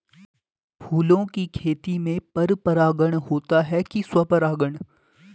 फूलों की खेती में पर परागण होता है कि स्वपरागण?